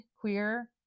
queer